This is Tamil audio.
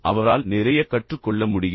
அவரால் நிறைய கற்றுக் கொள்ள முடிகிறது